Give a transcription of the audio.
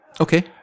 Okay